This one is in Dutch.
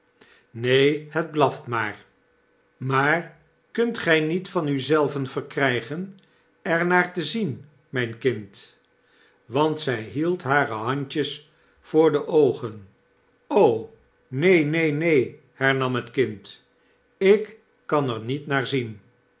lseen het blaft maar maar kunt gy niet van u zelven verkrygen er naar te zien myn kind want zy hield hare handjes voor de oogen neen neen neenl hernam het kind jk'kan er niet naar zien